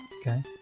Okay